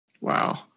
Wow